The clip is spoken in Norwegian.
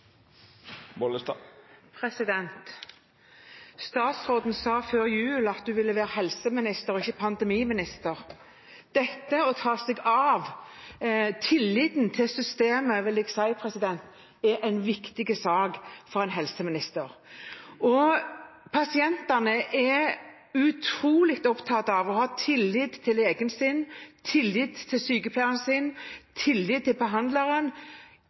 Stortinget. Statsråden sa før jul at hun ville være helseminister, ikke pandemiminister. Det å ta seg av tilliten til systemet vil jeg si er en viktig sak for en helseminister. Pasientene er utrolig opptatt av å ha tillit til legen sin, tillit til sykepleieren sin, tillit til behandleren